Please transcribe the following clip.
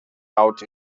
out